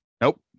Nope